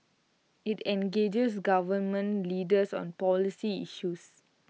IT engages government leaders on policy issues